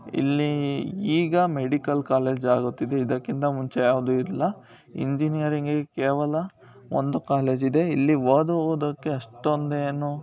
ಇಲ್ಲಿ ಈಗ medical college ಆಗುತ್ತಿದೆ ಇದಕ್ಕಿಂತ ಮುಂಚೆ ಯಾವುದು ಇಲ್ಲ ಇಂಜಿನಿಯರಿಂಗೆ ಕೇವಲ ಒಂದು ಕಾಲೇಜ್ ಇದೆ ಇಲ್ಲಿ ಓದುವುದಕ್ಕೆ ಅಷ್ಟೊಂದೇನು